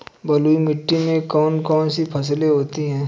बलुई मिट्टी में कौन कौन सी फसलें होती हैं?